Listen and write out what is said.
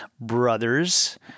brothers